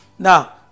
Now